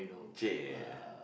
!chey!